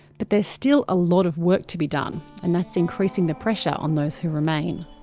but there's still a lot of work to be done and that's increasing the pressure on those who remain.